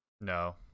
No